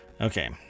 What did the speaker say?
okay